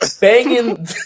banging